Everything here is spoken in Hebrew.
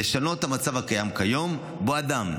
היא לשנות את המצב הקיים כיום שבו אדם,